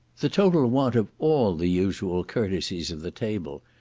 the total want of all the usual courtesies of the table,